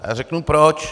A řeknu proč.